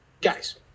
guys